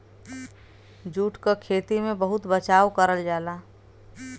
jute क खेती में बहुत बचाव करल जाला